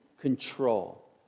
control